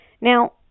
Now